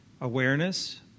awareness